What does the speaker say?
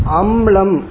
amlam